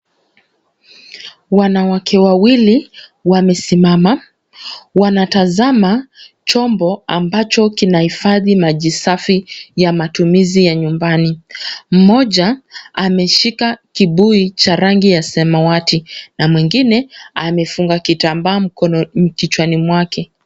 Wanawake wawili wamesimama, wanatazama chombo ambacho kinahifadhi maji safi ya matumizi ya nyumbani. Mmoja ameshika kibuyu cha rangi ya samawati na mwingine amefunga kitambaa kichwani mwake.